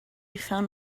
found